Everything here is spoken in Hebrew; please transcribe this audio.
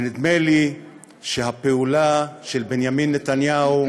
ונדמה לי שהפעולה של בנימין נתניהו,